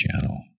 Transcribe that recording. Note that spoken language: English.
channel